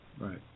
Right